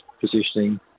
positioning